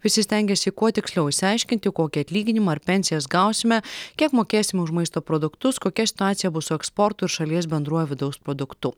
visi stengiasi kuo tiksliau išsiaiškinti kokį atlyginimą ar pensijas gausime kiek mokėsim už maisto produktus kokia situacija bus su eksportu ir šalies bendruoju vidaus produktu